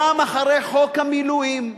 גם אחרי חוק המילואים,